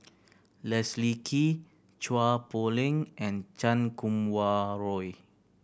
Leslie Kee Chua Poh Leng and Chan Kum Wah Roy